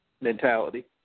mentality